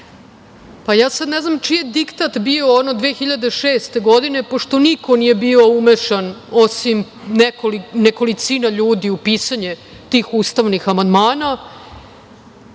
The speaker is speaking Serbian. Sada ne znam čiji je diktat bio ono 2006. godine pošto niko nije bio umešan osim nekolicine ljudi u pisanje tih ustavnih amandmana.